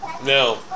no